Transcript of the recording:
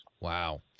Wow